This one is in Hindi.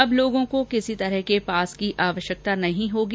अब लोगों को किसी तरह के पास की आवश्यकता नहीं होगी